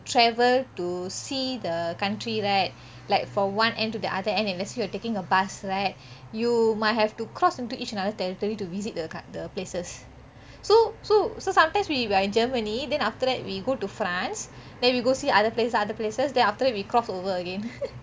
travel to see the country right like from one end to the other end and let's say you are taking a bus right you might have to cross into each another's territory to visit the coun~ the places so so so sometimes we are in germany then after that we go to france then we go see other places other places then after that we crossover again